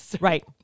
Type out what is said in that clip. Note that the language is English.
right